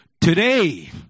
Today